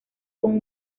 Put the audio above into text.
con